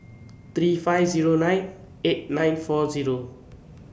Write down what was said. three five Zero nine eight nine four Zero